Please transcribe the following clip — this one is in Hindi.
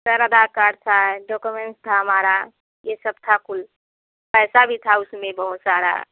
सर आधार कार्ड था डॉक्यूमेंट्स था हमारा ये सब था कुल पैसा भी था उसमें बहुत सारा